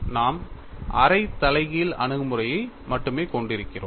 நாம் அரை தலைகீழ் அணுகுமுறையை மட்டுமே கொண்டிருக்கிறோம்